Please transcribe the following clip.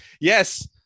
yes